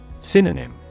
Synonym